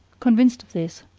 convinced of this,